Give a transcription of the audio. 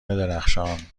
درخشان